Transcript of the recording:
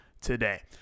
today